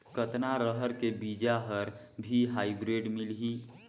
कतना रहर के बीजा हर भी हाईब्रिड मिलही?